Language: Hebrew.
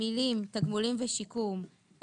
המילים "(תגמולים ושיקום"),